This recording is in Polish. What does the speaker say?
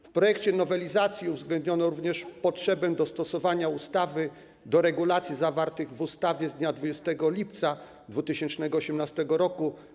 W projekcie nowelizacji uwzględniono również potrzebę dostosowania ustawy do regulacji zawartych w ustawie z dnia 20 lipca 2018 r.